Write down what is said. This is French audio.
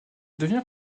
devient